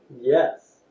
Yes